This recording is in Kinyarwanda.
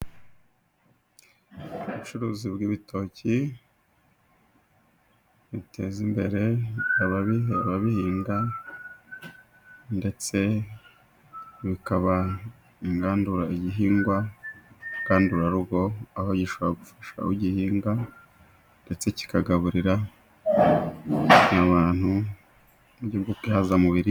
Ubucuruzi bw'ibitoki buteza imbere ababi ababihinga, ndetse bikaba ingandura igihingwa ngandurarugo, aho gishobora gufasha abagihinga ndetse kikagaburira abantu, mu buryo bwo kwihaza mu biribwa.